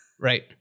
Right